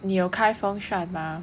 你有开风扇吗